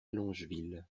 longeville